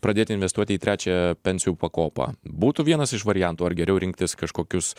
pradėti investuoti į trečią pensijų pakopą būtų vienas iš variantų ar geriau rinktis kažkokius